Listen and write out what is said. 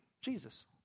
Jesus